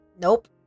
Nope